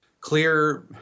clear